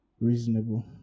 reasonable